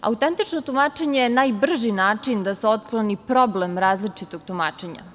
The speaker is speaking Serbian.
Autentično tumačenje je najbrži način da se otkloni problem različitog tumačenja.